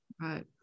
Right